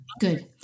Good